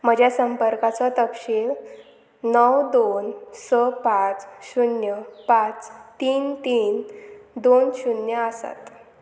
म्हज्या संपर्काचो तपशील णव दोन स पांच शुन्य पांच तीन तीन दोन शुन्य आसात